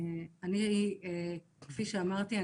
כפי שאמרתי,